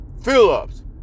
Phillips